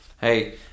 hey